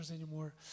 anymore